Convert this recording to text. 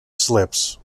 slips